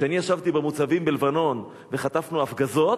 כשישבתי במוצבים בלבנון וחטפנו הפגזות,